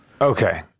Okay